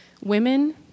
Women